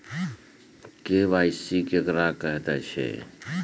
KYC केकरा कहैत छै?